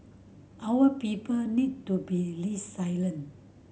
our people need to be